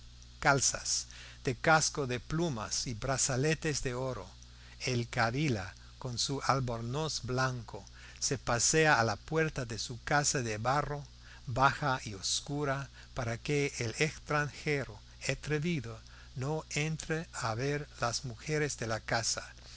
descalzas de casco de plumas y brazaletes de oro el kabila con su albornoz blanco se pasea a la puerta de su casa de barro baja y oscura para que el extranjero atrevido no entre a ver las mujeres de la casa